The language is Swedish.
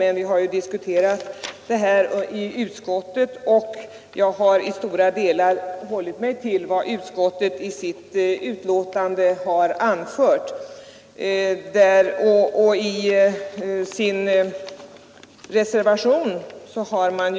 Men vi har ju diskuterat frågan i utskottet, och jag har i stort hållit mig till vad utskottet anfört i sitt betänkande.